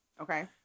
okay